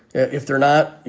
if they're not, you